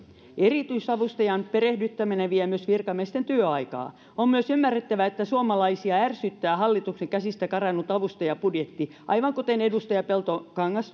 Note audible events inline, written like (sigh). erityisavustajan perehdyttäminen vie myös virkamiesten työaikaa on myös ymmärrettävää että suomalaisia ärsyttää hallituksen käsistä karannut avustajabudjetti aivan kuten edustaja peltokangas (unintelligible)